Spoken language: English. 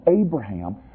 Abraham